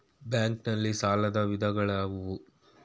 Bank ನಲ್ಲಿ ಸಾಲದ ವಿಧಗಳಾವುವು?